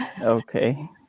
Okay